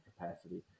capacity